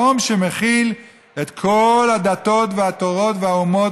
לאום שמכיל את כל הדתות והתורות והאומות